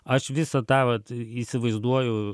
aš visą tą vat įsivaizduoju